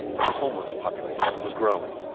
and the homeless population was growing